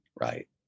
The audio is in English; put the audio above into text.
Right